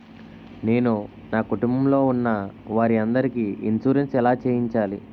నేను నా కుటుంబం లొ ఉన్న వారి అందరికి ఇన్సురెన్స్ ఎలా చేయించాలి?